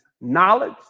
knowledge